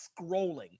scrolling